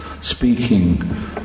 Speaking